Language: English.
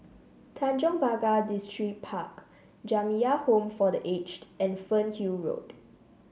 Tanjong Pagar Distripark Jamiyah Home for The Aged and Fernhill Road